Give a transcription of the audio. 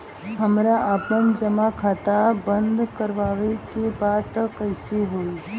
हमरा आपन जमा खाता बंद करवावे के बा त कैसे होई?